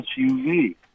SUV